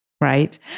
Right